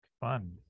fun